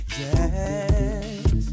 yes